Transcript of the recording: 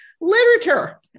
literature